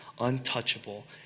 untouchable